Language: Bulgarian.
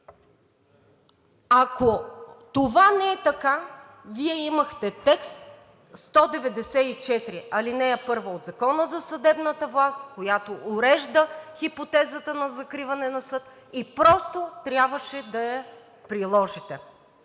Ако това не е така, Вие имахте текст – чл. 194, ал. 1 от Закона за съдебната власт, която урежда хипотезата на закриване на съд и просто трябваше да я приложите.